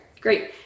great